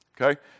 Okay